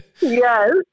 Yes